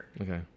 Okay